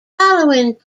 following